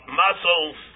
muscles